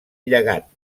llegat